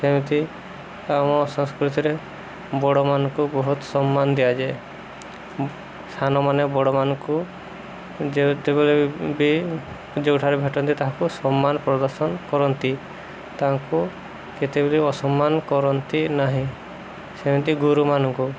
ସେମିତି ଆମ ସଂସ୍କୃତିରେ ବଡ଼ମାନଙ୍କୁ ବହୁତ ସମ୍ମାନ ଦିଆଯାଏ ସାନମାନେ ବଡ଼ମାନଙ୍କୁ ଯେତେବେଳେ ବି ଯେଉଁଠାରେ ଭେଟନ୍ତି ତାହାକୁ ସମ୍ମାନ ପ୍ରଦର୍ଶନ କରନ୍ତି ତାଙ୍କୁ କେତେବେଳେ ଅସମ୍ମାନ କରନ୍ତି ନାହିଁ ସେମିତି ଗୁରୁମାନଙ୍କୁ